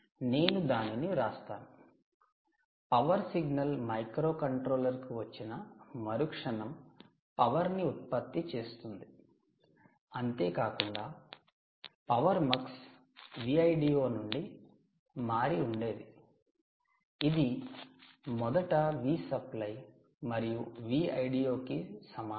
నేను దానిని వ్రాస్తాను పవర్ సిగ్నల్ మైక్రోకంట్రోలర్కు వచ్చిన మరుక్షణం పవర్ ని ఉత్పత్తి చేస్తుంది అంతేకాకుండా 'పవర్మక్స్' Vido నుండి మారి ఉండేది ఇది మొదట Vsupply మరియు Vldo కి సమానం